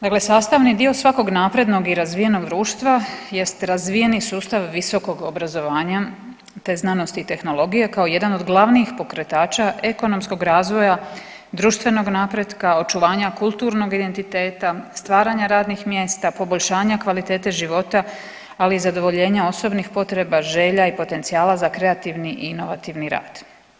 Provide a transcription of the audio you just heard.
Dakle, sastavni dio svakog naprednog i razvijenog društva jest razvijeni sustav visokog obrazovanja te znanosti i tehnologije kao jedan od glavnih pokretača ekonomskog razvoja, društvenog napretka, očuvanja kulturnog identiteta, stvaranja radnih mjesta, poboljšanja kvalitete života, ali i zadovoljenja osobnih potreba, želja i potencijala za kreativni i inovativni rad.